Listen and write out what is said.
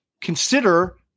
consider